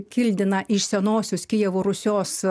kildina iš senosios kijevo rusios